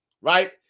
Right